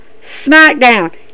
SmackDown